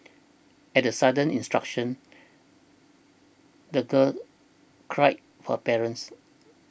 at the sudden intrusion the girl cried for parents